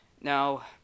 Now